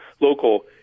local